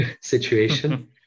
situation